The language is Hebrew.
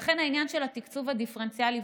לכן העניין של התקצוב הדיפרנציאלי,